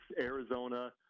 arizona